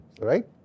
Right